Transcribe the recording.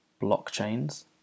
Blockchains